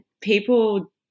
people